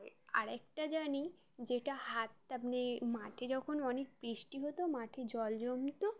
আরেকটা জানি যেটা হাতটা নেড়ে মাঠে যখন অনেক বৃষ্টি হতো মাঠে জল জমতো